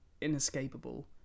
inescapable